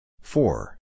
four